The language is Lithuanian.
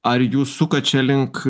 ar jūs sukat čia link